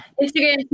Instagram